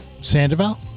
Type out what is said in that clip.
Sandoval